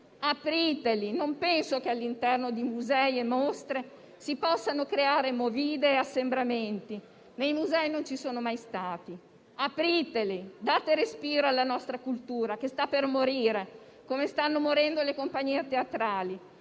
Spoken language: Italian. Apriteli! Non penso che all'interno di musei e mostre si possano creare *movida* e assembramenti, che nei musei non ci sono mai stati. Apriteli! Date respiro alla nostra cultura, che sta per morire come stanno morendo le compagnie teatrali.